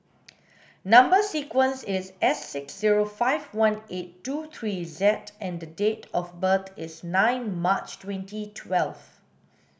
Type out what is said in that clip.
number sequence is S six zero five one eight two three Z and date of birth is nine March twenty twelve